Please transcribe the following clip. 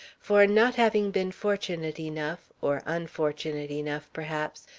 for not having been fortunate enough, or unfortunate enough, perhaps,